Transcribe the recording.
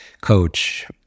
coach